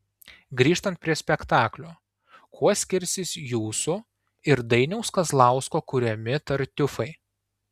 grįžtant prie spektaklio kuo skirsis jūsų ir dainiaus kazlausko kuriami tartiufai